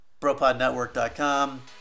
BroPodNetwork.com